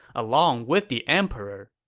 along with the emperor.